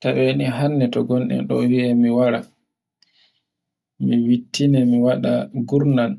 to wene hannde to goɗɗo e wiyam mi wara, mi wittine mi waɗa gurnan